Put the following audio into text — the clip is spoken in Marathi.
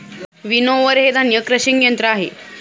विनोव्हर हे धान्य क्रशिंग यंत्र आहे